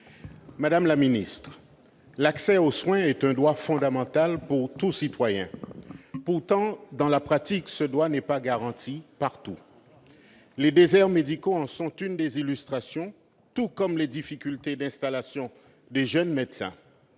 Madame la ministre, l'accès aux soins est un droit fondamental pour tout citoyen. Pourtant, dans la pratique, ce droit n'est pas garanti partout. Les déserts médicaux, tout comme les difficultés d'installation des jeunes médecins,